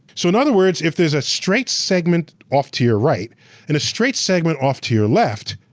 so, in other words, if there's a straight segment off to your right and a straight segment off to your left,